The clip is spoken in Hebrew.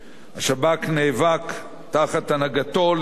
השב"כ נאבק תחת הנהגתו, לצד צה"ל,